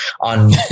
on